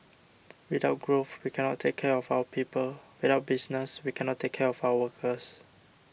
without growth we cannot take care of our people without business we cannot take care of our workers